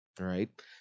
Right